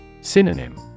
Synonym